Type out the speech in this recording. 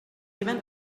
event